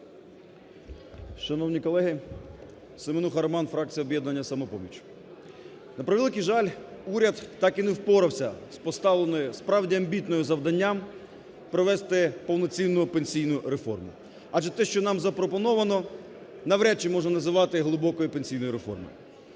Шановні колеги, Семенуха Роман, фракція "Об'єднання "Самопоміч". На превеликий жаль, уряд так і не впорався з поставленим, справді, амбітним завданням – провести повноцінну пенсійну реформу. Адже те, що нам запропоновано, навряд чи можна називати глибокою пенсійною реформою.